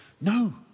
No